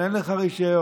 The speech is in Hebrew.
אין לך רישיון?